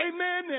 Amen